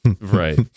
Right